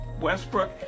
Westbrook